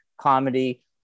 comedy